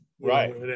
Right